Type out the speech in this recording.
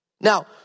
Now